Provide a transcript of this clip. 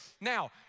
now